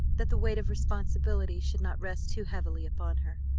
that the weight of responsibility should not rest too heavily upon her.